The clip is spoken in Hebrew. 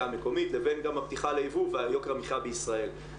המקומית לבין הפתיחה לייבוא ועל יוקר המחיה בישראל.